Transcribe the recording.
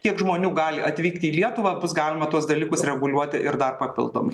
kiek žmonių gali atvykti į lietuvą bus galima tuos dalykus reguliuoti ir dar papildomai